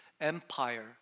empire